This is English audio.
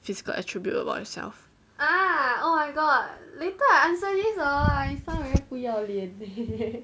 physical attribute about yourself